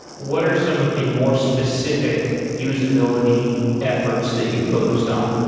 what are some of the more specific usability efforts that you focused on?